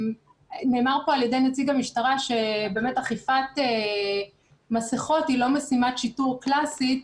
נאמר פה על ידי נציג המשטרה שאכיפת מסכות היא לא משימת שיטור קלאסית.